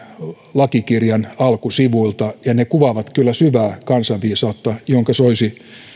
lakikirjan alkusivuilta ja ne kuvaavat kyllä syvää kansanviisautta jonka soisi